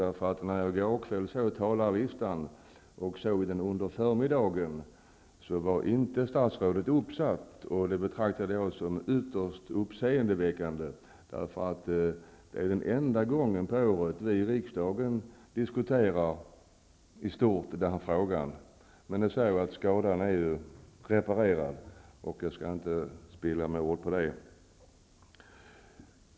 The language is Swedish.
När jag i går kväll och under förmiddagen i dag såg talarlistan var statsrådet inte uppsatt på den, och det betraktade jag som ytterst uppseendeväckande -- det här är den enda gången på året som vi i riksdagen diskuterar den här frågan i stort. Men nu ser jag att skadan är reparerad, och jag skall inte spilla fler ord på det.